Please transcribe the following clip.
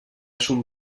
son